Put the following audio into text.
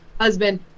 husband